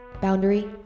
Boundary